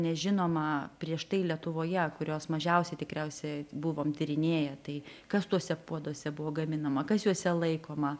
nežinoma prieš tai lietuvoje kurios mažiausiai tikriausiai buvom tyrinėję tai kas tuose puoduose buvo gaminama kas juose laikoma